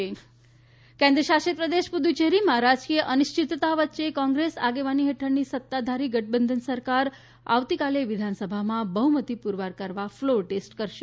પુદ્દુ cherry કેન્દ્રશાસિત પ્રદેશ પુદુચેરીમાં રાજકીય અનિશ્ચિતતા વચ્ચે કોંગ્રેસ આગેવાની હેઠળની સત્તાધારી ગઠબંધન સરકાર આવતીકાલે વિધાનસભામાં બહ્મતી પુરવાર કરવા ફ્લોર ટેસ્ટ કરશે